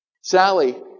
Sally